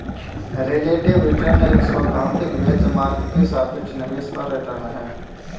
relative return एक सैद्धांतिक benchmark के सापेक्ष निवेश पर रिटर्न है